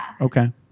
Okay